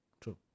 True